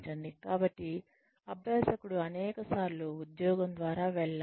కాబట్టి అభ్యాసకుడు అనేకసార్లు ఉద్యోగం ద్వారా వెళ్ళాలి